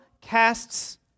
casts